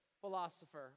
philosopher